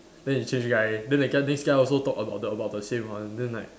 then they change guy then the guy next guy also talk about the about the same one then like